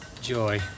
Joy